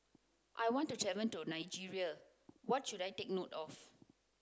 I want to travel to Nigeria what should I take note of